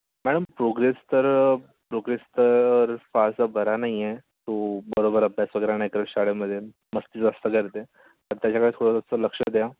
madam progress तर progress तर फारसा बरा नाही आहे तो बरोबर अभ्यास वगैरे नाही करत शाळेमध्ये मस्ती जास्त करतो तर त्याच्याकडे थोडंसं लक्ष द्या